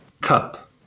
cup